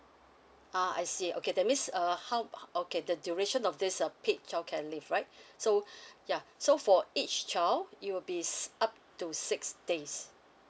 uh I see okay that means err how okay the duration of this err paid childcare leave right so yeah so for each child it will be ss~ up to six days